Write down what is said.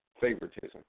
favoritism